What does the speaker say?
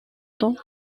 temps